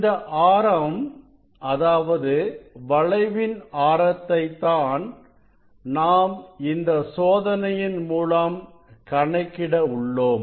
இந்த ஆரம் அதாவது வளைவின் ஆரத்தை தான் நாம் இந்த சோதனையின் மூலம் கணக்கிட உள்ளோம்